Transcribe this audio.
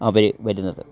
അവയെ വരുന്നത്